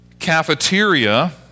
cafeteria